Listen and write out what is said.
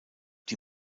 die